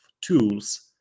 tools